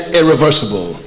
irreversible